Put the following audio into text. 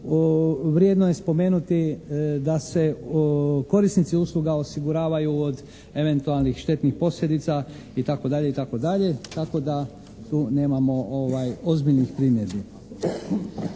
Vrijedno je spomenuti da se korisnici usluga osiguravaju od eventualnih štetnih posljedica itd., itd. Tako da tu nemamo ozbiljnih primjedbi.